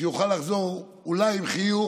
שיוכל לחזור אולי עם חיוך,